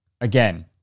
Again